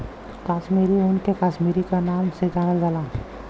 कसमीरी ऊन के कसमीरी क नाम से जानल जाला